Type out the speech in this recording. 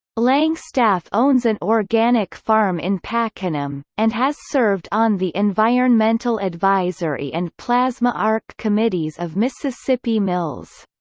langstaff owns an organic farm in pakenham, and has served on the environmental advisory and plasma arc committees of mississippi mills.